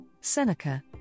Seneca